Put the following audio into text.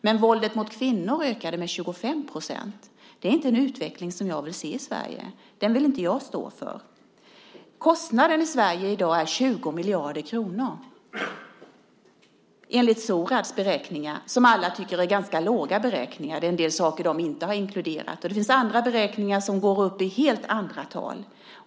Men våldet mot kvinnor ökade med 25 %. Det är inte en utveckling som jag vill se i Sverige. Den vill inte jag stå för. Kostnaden i Sverige är i dag 20 miljarder kronor, enligt Sorads beräkningar. Alla tycker att det är ganska låga beräkningar, då det finns en del saker som de inte har inkluderat. Det finns andra beräkningar som går upp i helt andra tal.